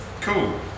cool